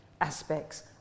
aspects